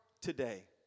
today